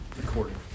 recording